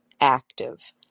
active